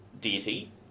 deity